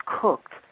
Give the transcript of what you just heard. cooked